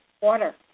water